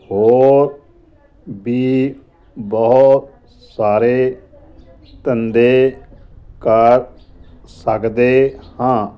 ਹੋਰ ਵੀ ਬਹੁਤ ਸਾਰੇ ਧੰਦੇ ਕਰ ਸਕਦੇ ਹਾਂ